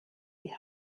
die